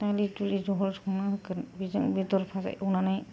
दालि दुलि जहल संनानै होगोन बेजों बेदर भाजा संनानै